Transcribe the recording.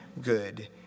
good